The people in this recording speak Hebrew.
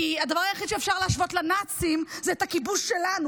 כי הדבר היחיד שאפשר להשוות לנאצים זה הכיבוש שלנו.